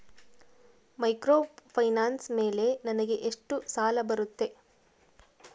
Microfinance ಮೇಲೆ ನನಗೆ ಎಷ್ಟು ಸಾಲ ಬರುತ್ತೆ?